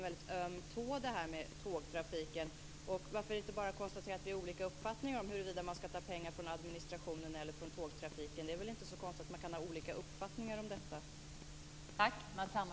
Varför kan ni inte bara konstatera att vi har olika uppfattningar om huruvida man skall ta pengar från administrationen eller från tågtrafiken? Det är väl inte så konstigt att man kan ha olika uppfattningar om detta.